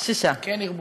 כן ירבו.